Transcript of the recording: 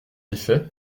effet